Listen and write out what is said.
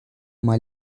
uma